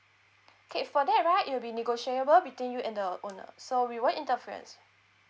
okay for that right it'll be negotiable between you and the owner so we won't interfere it